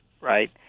right